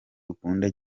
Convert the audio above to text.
ukunda